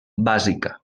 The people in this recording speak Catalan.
bàsica